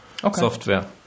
software